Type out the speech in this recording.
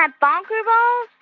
ah bonker-balls?